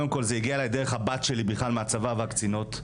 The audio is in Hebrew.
זה הגיע אליי דרך הבת שלי, מהצבא והקצינות.